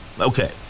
Okay